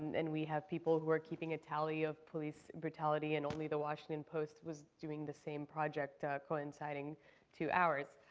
and we have people who are keeping a tally of police brutality and only the washington post was doing the same project coinciding to ours.